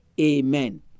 Amen